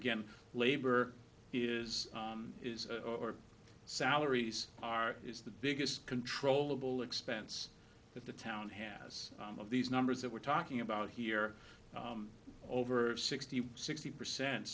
again labor is is or salaries are is the biggest controllable expense that the town has of these numbers that we're talking about here over sixty sixty percent